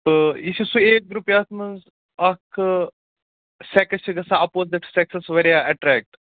تہٕ یہِ چھُ سُہ ایج گرُپ یَتھ منٛز اَکھ سیکٕس چھِ گژھان اَپوزِٹ سیکسَس چھُ واریاہ اَٹرٛیکٹ